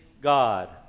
God